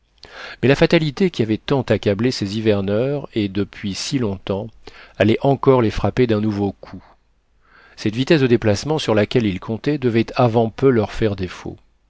mais la fatalité qui avait tant accablé ces hiverneurs et depuis si longtemps allait encore les frapper d'un nouveau coup cette vitesse de déplacement sur laquelle ils comptaient devait avant peu leur faire défaut